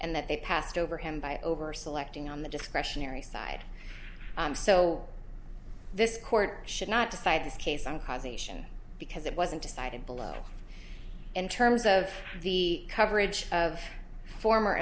and that they passed over him by over selecting on the discretionary side so this court should not decide this case on cause asian because it wasn't decided below in terms of the coverage of former